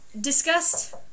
discussed